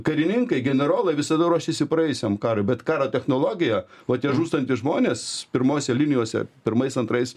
karininkai generolai visada ruošiasi praėjusiam karui bet karo technologija va tie žūstantys žmonės pirmose linijose pirmais antrais